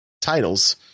titles